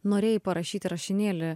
norėjai parašyti rašinėlį